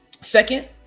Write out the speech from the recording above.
Second